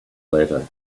letter